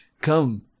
Come